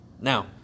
Now